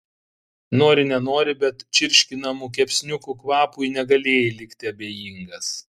nori nenori bet čirškinamų kepsniukų kvapui negalėjai likti abejingas